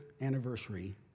anniversary